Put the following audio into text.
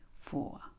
four